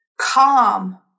calm